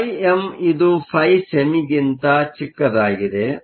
ಆದ್ದರಿಂದ φm ಇದು φsemi ಗಿಂತ ಚಿಕ್ಕದಾಗಿದೆ